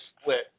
split